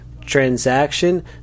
transaction